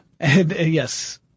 Yes